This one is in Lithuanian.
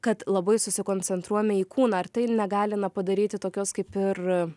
kad labai susikoncentruojame į kūną ar tai negali na padaryti tokios kaip ir